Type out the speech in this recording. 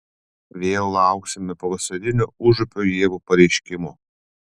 vėl lauksime pavasarinio užupio ievų pareiškimo